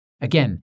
Again